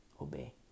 Obey